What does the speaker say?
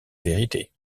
vérité